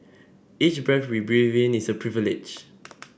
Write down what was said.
each breath we breathe in is a privilege